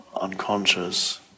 unconscious